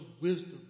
wisdom